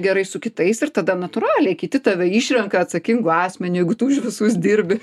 gerai su kitais ir tada natūraliai kiti tave išrenka atsakingu asmeniu jeigu tu už visus dirbi